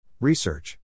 Research